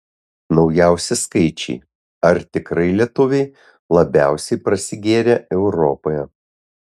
naujausi skaičiai ar tikrai lietuviai labiausiai prasigėrę europoje